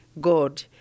god